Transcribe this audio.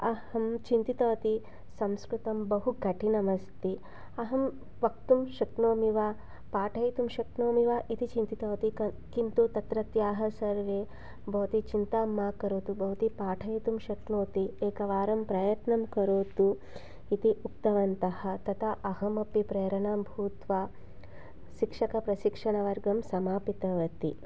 अहं चिन्तितवती संस्कृतं बहु कठिनमस्ति अहं वक्तुं शक्नोमि वा पाठयितुं शक्नोमि वा इति चिन्तितवती क् किन्तु तत्रत्याः सर्वे भवति चिन्ता मा करोतु भवती पाठयितुं शक्नोति एकवारं प्रयत्नं करोतु इति उक्तवन्तः तता अहमपि प्रेरणं भूत्वा शिक्षकप्रशिक्षणवर्गं समापितवती